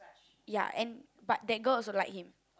ya and but that girl also like him